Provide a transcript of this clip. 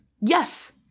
Yes